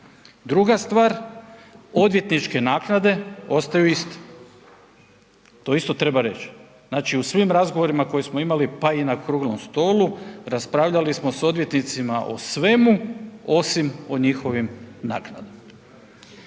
Druga stvar, odvjetničke naknade ostaju iste. To isto treba reći, znači u svim razgovorima koje smo imali pa i na okruglom stolu, raspravljali smo s odvjetnicima o svemu osim o njihovim naknadama.